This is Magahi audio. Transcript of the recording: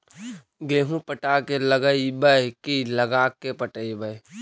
गेहूं पटा के लगइबै की लगा के पटइबै?